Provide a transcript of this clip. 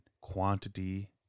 Quantity